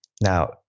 Now